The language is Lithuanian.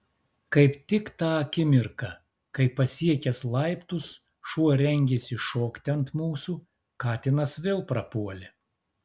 kaip tik tą akimirką kai pasiekęs laiptus šuo rengėsi šokti ant mūsų katinas vėl prapuolė